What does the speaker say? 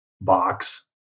Box